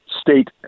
state